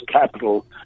capital